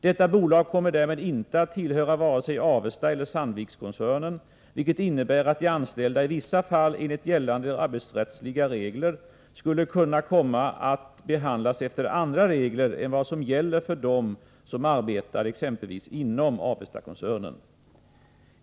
Detta bolag kommer därmed inte att tillhöra vare sig Avesta eller Sandvikkoncernen, vilket innebär att de anställda i vissa fall, enligt gällande arbetsrättsliga regler, skulle kunna komma att behandlas efter andra regler än vad som gäller för dem som arbetar exempelvis inom Avestakoncernen.